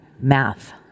math